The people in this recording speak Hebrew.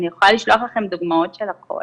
אני יכולה לשלוח לכם דוגמאות של הכול.